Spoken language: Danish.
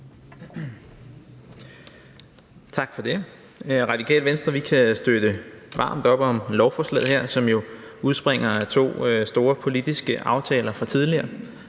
Tak for det. I Radikale Venstre kan vi støtte varmt op om lovforslaget her, som jo udspringer af to store politiske aftaler fra tidligere.